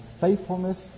faithfulness